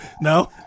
no